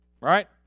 right